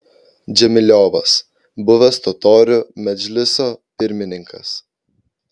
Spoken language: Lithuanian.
džemiliovas buvęs totorių medžliso pirmininkas